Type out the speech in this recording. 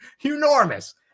enormous